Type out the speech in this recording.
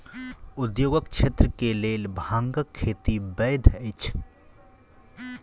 उद्योगक क्षेत्र के लेल भांगक खेती वैध अछि